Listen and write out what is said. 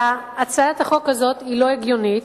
שהצעת החוק הזאת לא הגיונית,